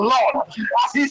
Lord